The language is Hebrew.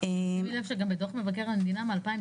בדוח מבקר המדינה מ-2017,